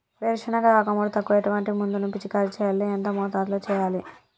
వేరుశెనగ ఆకు ముడతకు ఎటువంటి మందును పిచికారీ చెయ్యాలి? ఎంత మోతాదులో చెయ్యాలి?